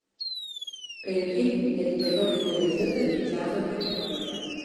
penki neatidėliotini vizitai į džiazo teritoriją